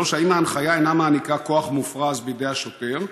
3. האם ההנחיה אינה מעניקה כוח מופרז לידי השוטר?